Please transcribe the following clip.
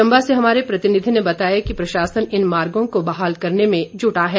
चंबा से हमारे प्रतिनिधि ने बताया कि प्रशासन इन मार्गों को बहाल करने में जुटा हुआ है